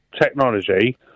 Technology